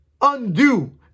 undo